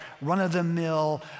run-of-the-mill